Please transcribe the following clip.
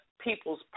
People's